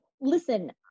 Listen